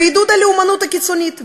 ועידוד הלאומנות הקיצונית,